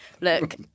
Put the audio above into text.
look